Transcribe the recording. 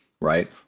right